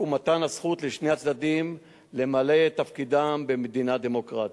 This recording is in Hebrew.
ומתן הזכות לשני הצדדים למלא את תפקידם במדינה דמוקרטית.